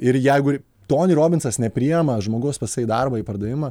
ir jeigu toni robinsas nepriima žmogaus pas save į darbą į pardavimą